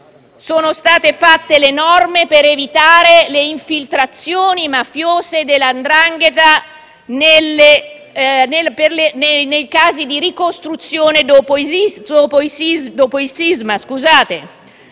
sono state approvate le norme per evitare le infiltrazioni mafiose della 'ndrangheta nei casi di ricostruzione dopo il sisma.